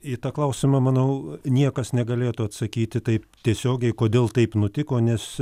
į tą klausimą manau niekas negalėtų atsakyti taip tiesiogiai kodėl taip nutiko nes